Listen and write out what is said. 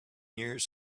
years